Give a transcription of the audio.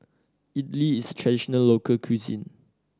idly is a traditional local cuisine